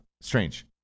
strange